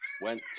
went